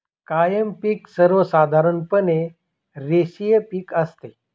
कायम पिक सर्वसाधारणपणे रेषीय पिक असते